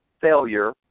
failure